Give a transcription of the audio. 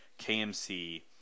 KMC